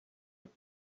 what